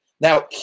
Now